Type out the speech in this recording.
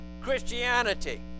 Christianity